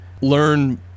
learn